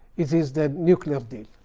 is is the nuclear deal.